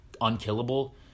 unkillable